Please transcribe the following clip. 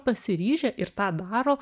pasiryžę ir tą daro